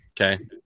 Okay